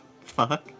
fuck